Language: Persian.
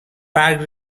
برگ